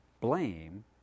blame